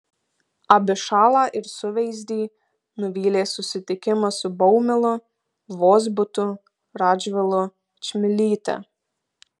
abišalą ir suveizdį nuvylė susitikimas su baumilu vozbutu radžvilu čmilyte